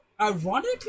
Ironically